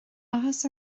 áthas